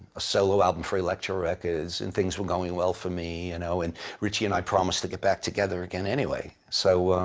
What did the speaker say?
solo album for elektra records, and things were going well for me. and and ritchie and i promised to get back together again anyway. so,